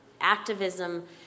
activism